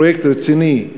פרויקט רציני,